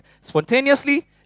spontaneously